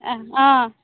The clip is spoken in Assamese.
অঁ অঁ